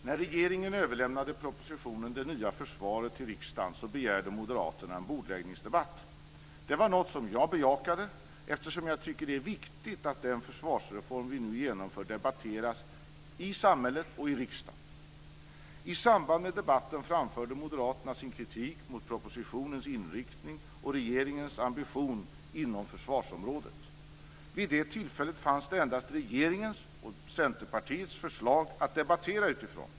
När regeringen överlämnade propositionen Det nya försvaret till riksdagen begärde Moderaterna en bordläggningsdebatt. Det var något som jag bejakade eftersom jag tycker att det är viktigt att den försvarsreform vi nu genomför debatteras i samhället och i riksdagen. I samband med debatten framförde Moderaterna sin kritik mot propositionens inriktning och regeringens ambition inom försvarsområdet. Vid det tillfället fanns endast regeringens och Centerpartiets förslag att debattera utifrån.